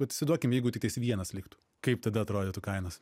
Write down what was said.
vat įsivaizduokim jeigu tiktais vienas liktų kaip tada atrodytų kainos